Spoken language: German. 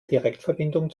direktverbindung